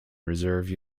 reserve